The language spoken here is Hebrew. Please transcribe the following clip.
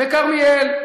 בכרמיאל,